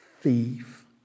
thief